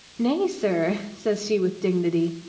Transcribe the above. nay, sir, says she with dignity,